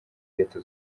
leta